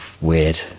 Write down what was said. weird